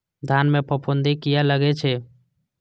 धान में फूफुंदी किया लगे छे?